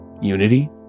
unity